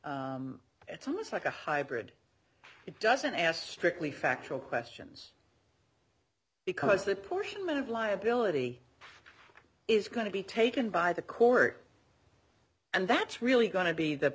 it's almost like a hybrid it doesn't ask strictly factual questions because that portion of liability is going to be taken by the court and that's really going to be th